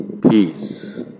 peace